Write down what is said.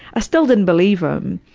ah still didn't believe him.